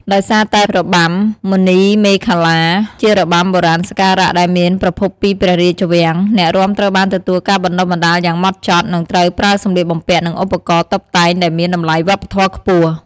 ដោយសារតែរបាំមុនីមាឃលា ជារបាំបុរាណសក្ការៈដែលមានប្រភពពីព្រះរាជវាំង អ្នករាំត្រូវបានទទួលការបណ្តុះបណ្តាលយ៉ាងម៉ត់ចត់ និងត្រូវប្រើសម្លៀកបំពាក់ និងឧបករណ៍តុបតែងដែលមានតម្លៃវប្បធម៌ខ្ពស់។